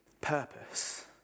purpose